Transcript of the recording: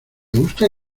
gusta